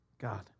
God